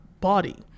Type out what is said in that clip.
body